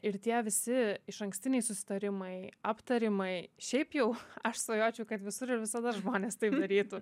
ir tie visi išankstiniai susitarimai aptarimai šiaip jau aš svajočiau kad visur ir visada žmonės taip darytų